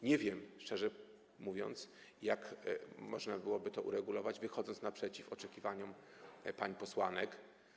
Nie wiem, szczerze mówiąc, jak można byłoby to uregulować, wychodząc naprzeciw oczekiwaniom pań posłanek.